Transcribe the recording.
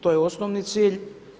To je osnovni cilj.